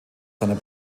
seiner